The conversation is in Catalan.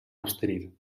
abstenir